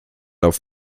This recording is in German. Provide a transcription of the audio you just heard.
auf